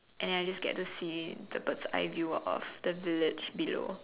and then I will just get to see the bird's eye view of the village below